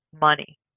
money